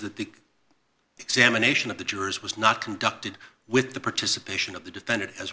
that the examination of the jurors was not conducted with the participation of the defendant as